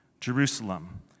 Jerusalem